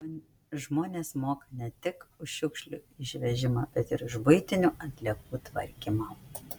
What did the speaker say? žmonės moka ne tik už šiukšlių išvežimą bet ir už buitinių atliekų tvarkymą